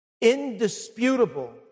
indisputable